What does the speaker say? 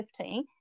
2015